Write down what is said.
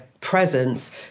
presence